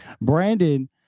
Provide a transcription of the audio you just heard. Brandon